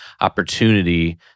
opportunity